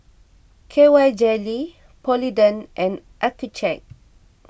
K Y Jelly Polident and Accucheck